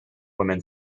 women